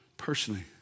personally